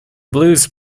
blues